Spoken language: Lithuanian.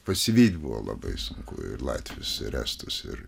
pasivyti buvo labai sunku ir latvius ir estus ir